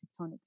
tectonic